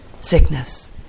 sickness